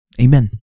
Amen